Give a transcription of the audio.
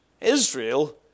Israel